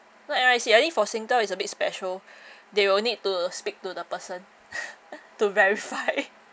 no very sure I think for Singtel is a bit special they will need to speak to the person to verify